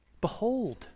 Behold